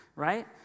right